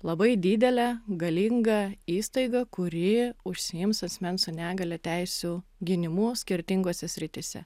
labai didelę galingą įstaigą kuri užsiims asmens su negalia teisių gynimu skirtingose srityse